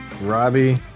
Robbie